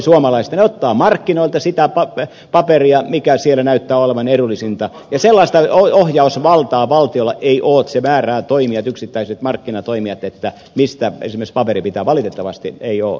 ne ottavat markkinoilta sitä paperia mikä siellä näyttää olevan edullisinta ja sellaista ohjausvaltaa valtiolla ei ole että se määrää toimijat yksittäiset markkinatoimijat mistä esimerkiksi paperi pitää ottaa valitettavasti ei ole